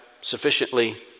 sufficiently